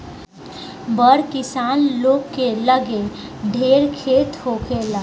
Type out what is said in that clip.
बड़ किसान लोग के लगे ढेर खेत होखेला